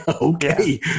okay